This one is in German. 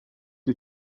die